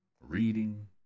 reading